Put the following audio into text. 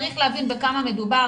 צריך להבין בכמה מדובר,